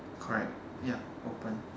correct ya open